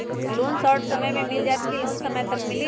Loan short समय मे मिल जाएत कि लोन समय तक मिली?